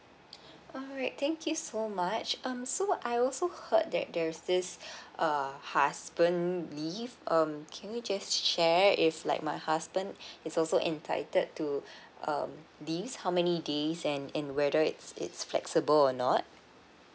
alright thank you so much um so I also heard that there's this uh husband leave um can you just share if like my husband is also entitled to um leaves how many days and and whether it's it's flexible or not